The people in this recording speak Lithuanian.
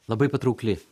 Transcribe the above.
labai patraukli